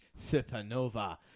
Supernova